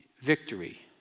Victory